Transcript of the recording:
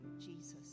Jesus